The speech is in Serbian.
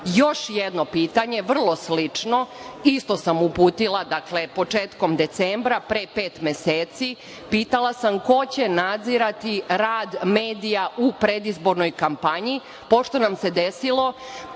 Još jedno pitanje, vrlo slično, isto sam uputila početkom decembra, pre pet meseci, pitala sam – ko će nadzirati rad medija u predizbornoj kampanji? Pošto nam se desilo